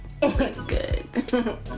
Good